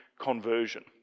conversion